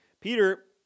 Peter